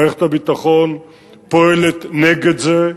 מערכת הביטחון פועלת נגד זה,